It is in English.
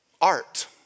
art